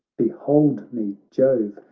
behold me, jove,